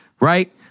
right